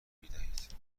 میدهید